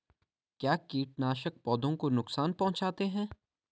क्या कीटनाशक पौधों को नुकसान पहुँचाते हैं?